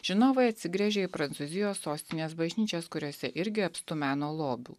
žinovai atsigręžė į prancūzijos sostinės bažnyčias kuriose irgi apstu meno lobių